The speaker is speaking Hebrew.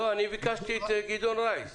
ביקשתי את גדעון רייס.